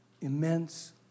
immense